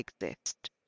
exist